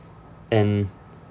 and